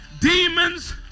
demons